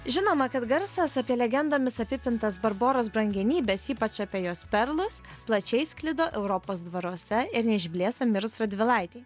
žinoma kad garsas apie legendomis apipintas barboros brangenybes ypač apie jos perlus plačiai sklido europos dvaruose ir neišblėso mirus radvilaitei